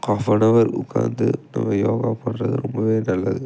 half an hour உட்காந்து நம்ம யோகா பண்ணுறது ரொம்பவே நல்லது